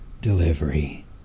delivery